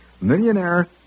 Millionaire